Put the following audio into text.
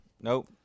Nope